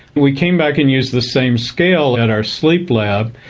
we came back and used the same scale at our sleep lab,